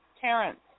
Terrence